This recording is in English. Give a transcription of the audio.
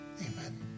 Amen